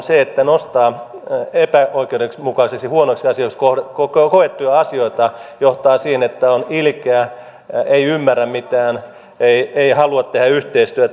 ikään kuin se että nostaa epäoikeudenmukaisiksi ja huonoiksi asioiksi koettuja asioita johtaa siihen että on ilkeä ei ymmärrä mitään ei halua tehdä yhteistyötä